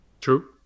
True